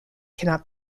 cannot